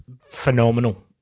phenomenal